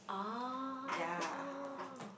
oh